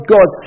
God